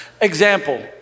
Example